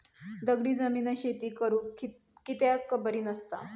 दगडी जमीन शेती करुक कित्याक बरी नसता?